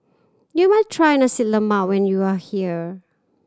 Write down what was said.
you must try Nasi Lemak when you are here